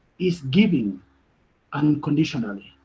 is giving unconditionally.